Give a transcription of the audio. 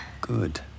Good